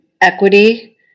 equity